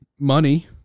Money